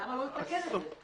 למה לא לתקן את זה?